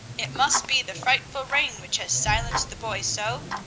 it must be the frightful rain which has silenced the boy so!